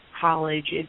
college